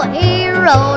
hero